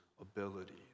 Ability